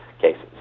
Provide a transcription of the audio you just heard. cases